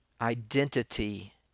identity